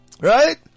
right